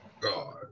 God